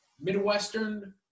Midwestern